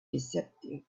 deceptive